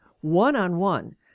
one-on-one